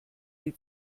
die